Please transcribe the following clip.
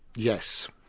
yes.